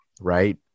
Right